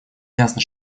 ясно